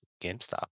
GameStop